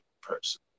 person